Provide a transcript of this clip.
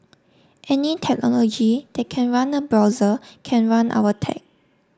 any technology that can run a browser can run our tech